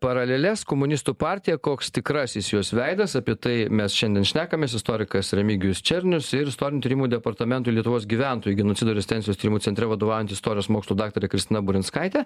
paraleles komunistų partija koks tikrasis jos veidas apie tai mes šiandien šnekamės istorikas remigijus černius ir istorinių tyrimų departamentui lietuvos gyventojų genocido ir rezistencijos tyrimų centre vadovaujanti istorijos mokslų daktarė kristina burinskaitė